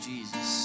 Jesus